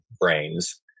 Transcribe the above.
brains